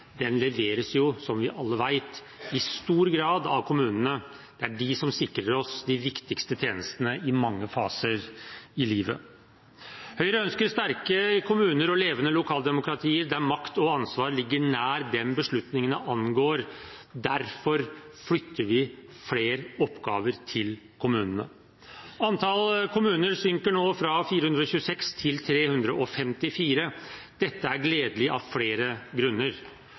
Den handler om å skape gode lokalsamfunn, for velferden i samfunnet leveres jo, som vi alle vet, i stor grad av kommunene. Det er de som sikrer oss de viktigste tjenestene i mange faser i livet. Høyre ønsker sterke kommuner og levende lokaldemokratier, der makt og ansvar ligger nær dem beslutningene angår. Derfor flytter vi flere oppgaver til kommunene. Antall kommuner synker nå fra 426 til 354. Dette er gledelig av flere grunner.